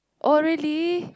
oh really